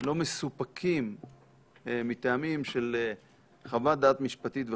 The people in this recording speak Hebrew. לא מסופקים מטעמים של חוות דעת משפטית וכדומה.